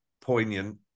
poignant